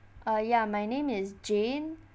uh ya my name is jane